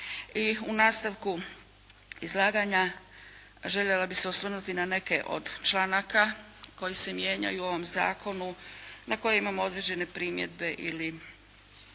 I u nastavku izlaganja željela bih se osvrnuti na neke od članaka koji se mijenjaju u ovom zakonu, na koje imamo određene primjedbe ili